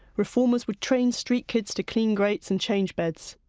reformers would train street kids to clean grates and change beds,